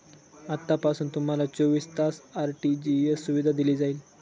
आतापासून तुम्हाला चोवीस तास आर.टी.जी.एस सुविधा दिली जाईल